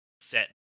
set